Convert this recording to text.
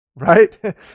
right